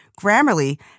Grammarly